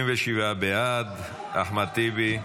37 בעד, אחמד טיבי,